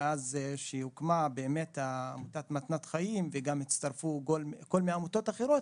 מאז שהוקמה עמותת מתנת חיים וגם הצטרפו כל מיני עמותות אחרות